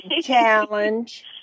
challenge